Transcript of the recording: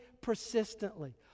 persistently